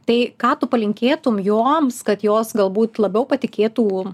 tai ką tu palinkėtum joms kad jos galbūt labiau patikėtų